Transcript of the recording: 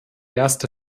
erste